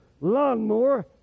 lawnmower